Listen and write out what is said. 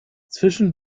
zwischen